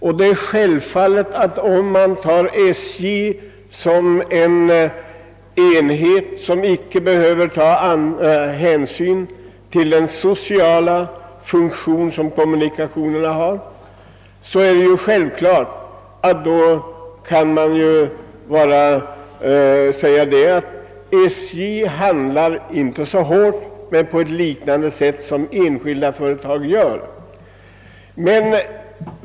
Det är självklart att om man tar SJ som en enhet, som icke behöver ta hänsyn till den sociala funktion som kommunikationerna har, kan man säga att SJ inte uppträder så hårt men ändå på ett liknande sätt som enskilda företag gör.